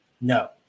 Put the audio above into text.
no